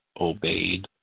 obeyed